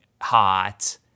hot